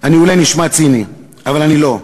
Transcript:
אני אולי נשמע ציני, אבל אני לא.